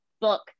book